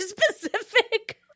specific